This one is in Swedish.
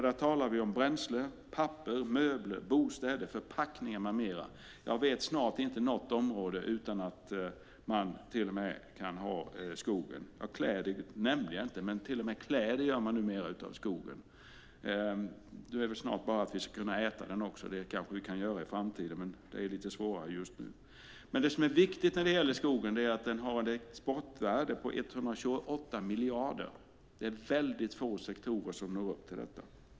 Vi talar om bränsle, papper, möbler, bostäder, förpackningar med mera. Jag vet snart inte något område där inte skogen är med. Kläder nämnde jag inte, men till och med kläder gör man numera av skogen. Snart kan vi väl äta den också. Det kanske vi kan göra i framtiden, men det är lite svårare just nu. Det som är viktigt när det gäller skogen är att den har ett exportvärde på 128 miljarder. Det är väldigt få sektorer som når upp till detta.